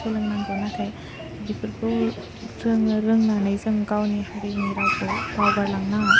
सोलोंनांगौ नाथाय बेफोरखौ रोङो रोंनानै जों गावनि हारिनि रावखौ बावगारलांनाङा